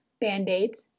band-aids